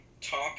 talk